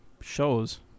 Shows